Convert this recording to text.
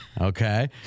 Okay